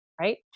right